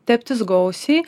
teptis gausiai